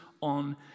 on